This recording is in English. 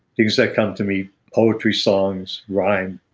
things that come to me, poetry songs, rhyme.